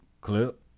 clip